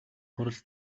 хурал